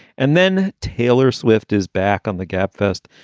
and then taylor swift is back on the gabfest.